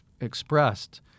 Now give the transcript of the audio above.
expressed